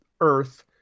Earth